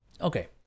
Okay